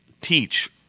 teach